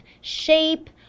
shape